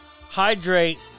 Hydrate